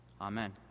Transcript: Amen